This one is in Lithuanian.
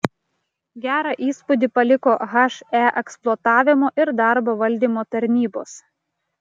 gerą įspūdį paliko he eksploatavimo ir darbo valdymo tarnybos